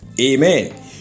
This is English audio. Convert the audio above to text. Amen